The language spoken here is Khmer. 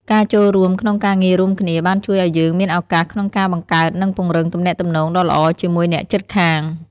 ការចូលរួមក្នុងការងាររួមគ្នាបានជួយឲ្យយើងមានឱកាសក្នុងការបង្កើតនិងពង្រឹងទំនាក់ទំនងដ៏ល្អជាមួយអ្នកជិតខាង។